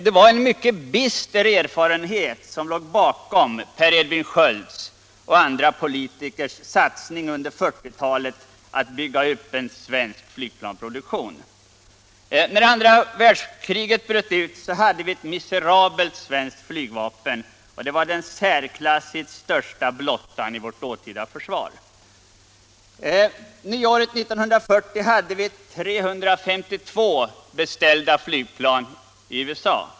Det var en mycket bister erfarenhet som låg bakom Per Edvin Skölds och andra politikers satsning under 1940-talet på att bygga upp en svensk flygplansproduktion. När andra världskriget bröt ut hade vi ett miserabelt svenskt flygvapen, och det var den särklassigt största blottan i vårt dåtida försvar. Nyåret 1940 hade vi en beställning på 352 flygplan i USA.